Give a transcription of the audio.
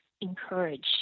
encourage